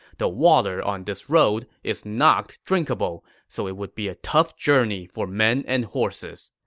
the water on this road is not drinkable, so it would be a tough journey for men and horses.